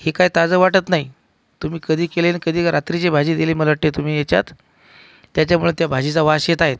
हे काय ताजं वाटत नाही तुम्ही कधी केलेले न कधी रात्रीची भाजी दिली मला वाटते तुम्ही याच्यात त्याच्यामुळे त्या भाजीचा वास येत आहेत